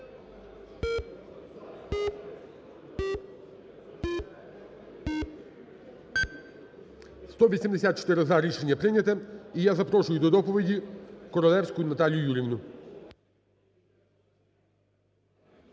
За-184 Рішення прийнято. І я запрошую до доповіді Королевську Наталію Юріївну.